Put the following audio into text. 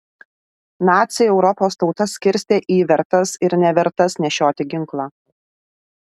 naciai europos tautas skirstė į vertas ir nevertas nešioti ginklą